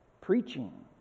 preaching